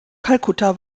kalkutta